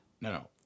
No